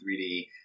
3D